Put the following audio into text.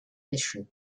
mission